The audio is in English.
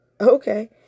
Okay